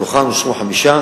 ומתוכן אושרו חמש,